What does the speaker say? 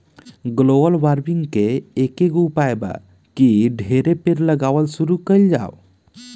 global warming के एकेगो उपाय बा की ढेरे पेड़ लगावल शुरू कइल जाव